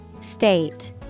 State